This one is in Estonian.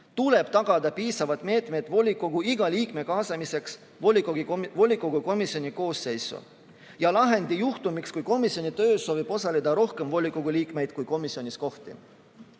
tuleb tagada piisavad meetmed volikogu iga liikme kaasamiseks volikogu komisjoni koosseisu, ja lahendada juhtum, kui komisjoni töös soovib osaleda rohkem volikogu liikmeid, kui on komisjonis kohti.